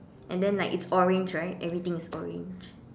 and then like it's orange right everything is orange